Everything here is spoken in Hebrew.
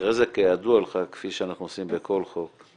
ואחרי זה כידוע לך, כפי שאנחנו עושים בכל חוק,